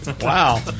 Wow